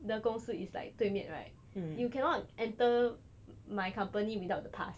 的公司 is like 对面 right you cannot enter my company without the pass